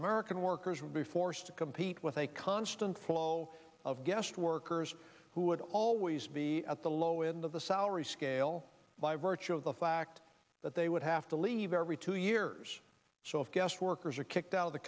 american workers would be forced to compete with a constant flow of guest workers who would always be at the low in the salary scale by virtue of the fact that they would have to leave every two years so if guest workers are kicked out of the